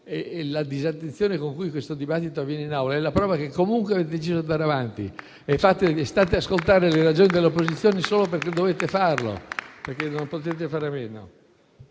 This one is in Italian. e la disattenzione con cui questo dibattito avviene in Aula è la prova che comunque avete deciso di andare avanti. State ad ascoltare le ragioni delle opposizioni solo perché dovete farlo, perché non potete farne meno.